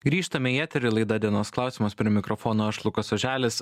grįžtame į eterį laida dienos klausimas prie mikrofono aš lukas oželis